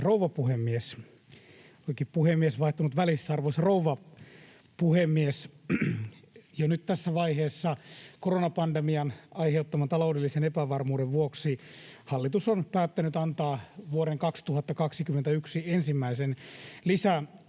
rouva puhemies! Jo nyt tässä vaiheessa koronapandemian aiheuttaman taloudellisen epävarmuuden vuoksi hallitus on päättänyt antaa vuoden 2021 ensimmäisen